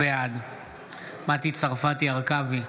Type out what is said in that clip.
בעד מטי צרפתי הרכבי,